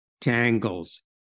tangles